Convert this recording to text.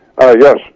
yes